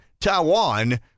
Taiwan